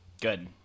Good